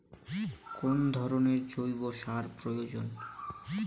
কোন ধরণের জৈব সার প্রয়োজন?